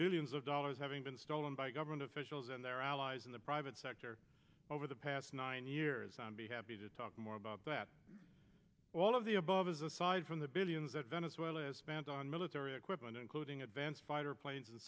billions of dollars having been stolen by government officials and their allies in the private sector over the past nine years on be happy to talk more about that all of the above is aside from the billions that venezuela spent on military equipment including advanced fighter planes and